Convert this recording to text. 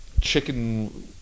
chicken